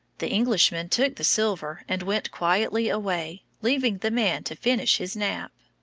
the englishmen took the silver and went quietly away, leaving the man to finish his nap.